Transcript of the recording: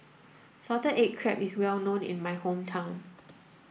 salted egg crab is well known in my hometown